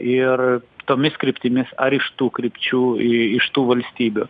ir tomis kryptimis ar iš tų krypčių į iš tų valstybių